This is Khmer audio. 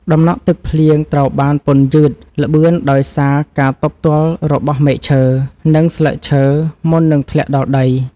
ដំណក់ទឹកភ្លៀងត្រូវបានពន្យឺតល្បឿនដោយសារការទប់ទល់របស់មែកឈើនិងស្លឹកឈើមុននឹងធ្លាក់ដល់ដី។ដំណក់ទឹកភ្លៀងត្រូវបានពន្យឺតល្បឿនដោយសារការទប់ទល់របស់មែកឈើនិងស្លឹកឈើមុននឹងធ្លាក់ដល់ដី។